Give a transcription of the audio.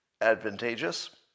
advantageous